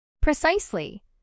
Precisely